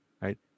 Right